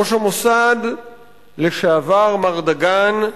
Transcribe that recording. ראש המוסד לשעבר, מר דגן,